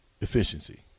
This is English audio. efficiency